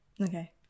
Okay